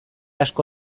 asko